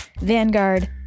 Vanguard